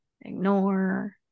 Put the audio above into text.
ignore